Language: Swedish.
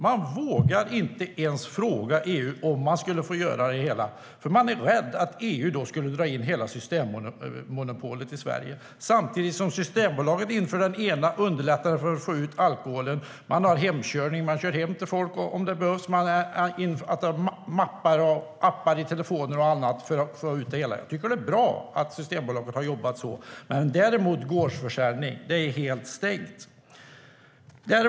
Man vågar inte ens fråga EU om man skulle få göra detta, för man är rädd att EU då skulle dra in hela systemmonopolet i Sverige. Detta samtidigt som Systembolaget inför det ena efter det andra som underlättar för att få ut alkohol. Man har hemkörning - man kör hem till folk om det behövs - och appar i telefonen och annat för att nå ut. Jag tycker att det är bra att Systembolaget har jobbat så. Gårdsförsäljning däremot är det helt stängt för.